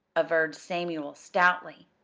averred samuel stoutly.